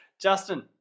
Justin